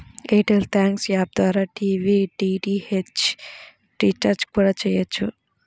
air tell thanks app ద్వారా TV DTH recharge కూడా చెయ్యొచ్చు